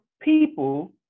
people